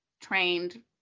trained